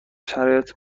شرایط